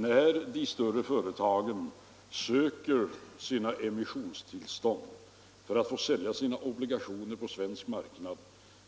När de större företagen söker emissionstillstånd för att få sälja sina obligationer på svensk marknad,